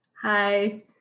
Hi